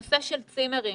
הנושא של צימרים,